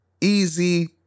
easy